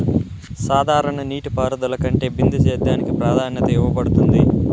సాధారణ నీటిపారుదల కంటే బిందు సేద్యానికి ప్రాధాన్యత ఇవ్వబడుతుంది